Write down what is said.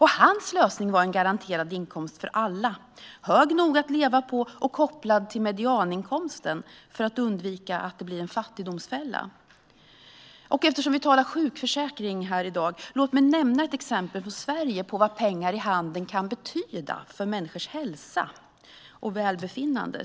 Hans lösning var en garanterad inkomst för alla, hög nog att leva på och kopplad till medianinkomsten för att undvika att det blir en fattigdomsfälla. Eftersom vi diskuterar sjukförsäkring här i dag, låt mig nämna ett exempel från Sverige på vad pengar i handen kan betyda för människors hälsa och välbefinnande.